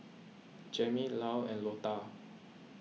Jammie Lyle and Lotta